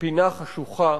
פינה חשוכה,